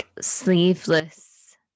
sleeveless